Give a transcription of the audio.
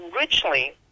originally